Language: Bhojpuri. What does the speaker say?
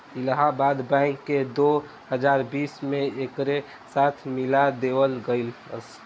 इलाहाबाद बैंक के दो हजार बीस में एकरे साथे मिला देवल गईलस